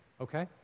okay